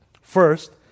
First